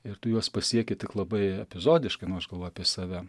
ir tu juos pasieki tik labai epizodiškai nu aš galvoju apie save